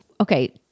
Okay